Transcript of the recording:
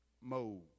mode